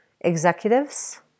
executives